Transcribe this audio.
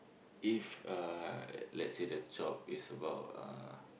if uh let's say the job is about uh